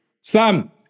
Sam